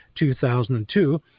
2002